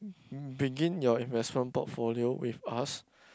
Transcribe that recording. begin your investment portfolio with us